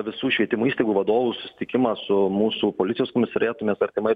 visų švietimo įstaigų vadovų susitikimą su mūsų policijos komisariatu mes artimai